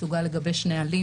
מסוגל לגבש נהלים,